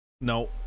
No